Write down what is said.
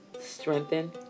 strengthen